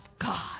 God